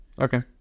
okay